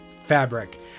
fabric